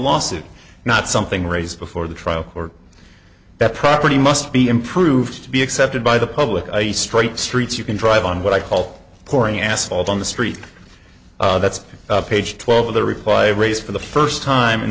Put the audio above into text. lawsuit not something raised before the trial or that property must be improved to be accepted by the public a straight streets you can drive on what i call pouring asphalt on the street that's page twelve of the reply race for the first time in